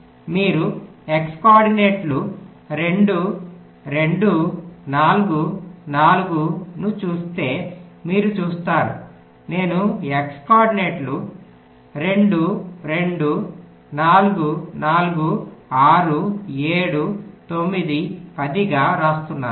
మీరు x కోఆర్డినేట్లు 2 2 4 4 ను చూస్తే మీరు చూస్తారు నేను x కోఆర్డినేట్లు 2 2 4 4 6 7 9 10 గా వ్రాస్తున్నాను